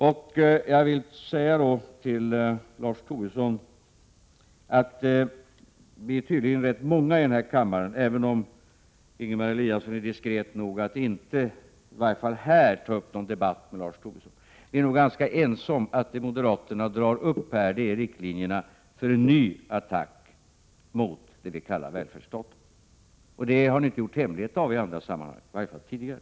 Till Lars Tobisson vill jag säga: Viär tydligen rätt många här i kammaren — även om Ingemar Eliasson är diskret nog att i varje fall inte här ta upp någon debatt med honom — som är ense om att vad moderaterna här drar upp är riktlinjerna för en ny attack mot det vi kallar välfärdsstaten. Det har ni inte gjort någon hemlighet av i andra sammanhang tidigare.